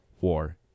war